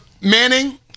Manning